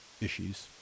issues